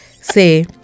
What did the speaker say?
say